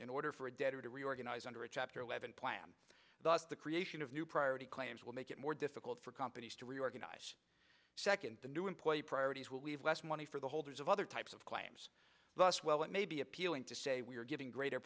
in order for a debtor to reorganize under a chapter eleven plan thus the creation of new priority claims will make it more difficult for companies to reorganize second to new employee priorities will leave less money for the holders of other types of claims thus while it may be appealing to say we are giving greater